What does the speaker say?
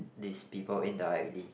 these people indirectly